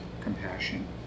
compassion